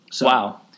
Wow